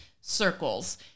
circles